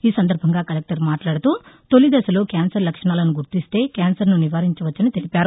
ఈ సందర్భంగా కలెక్టర్ మాట్లాడుతూ తొలి దశలో క్యాన్సర్ లక్షణాలను గుర్తిస్తే కాన్సర్ను నివారించవచ్చని తెలిపారు